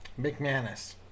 McManus